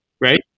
right